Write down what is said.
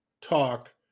talk